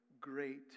great